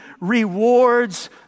rewards